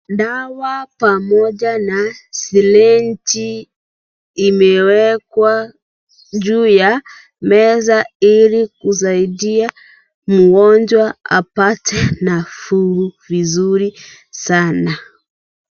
Dawa, pamoja na, sirinji, imeeekwa, juu ya, meza, ili, kusaidia, mgonjwa, apate, nafuu vizuri, sana.